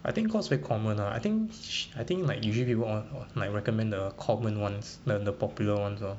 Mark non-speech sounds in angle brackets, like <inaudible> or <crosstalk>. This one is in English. I think cause very common ah I think <noise> I think like usually people will like recommend the common ones then the popular ones orh